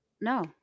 no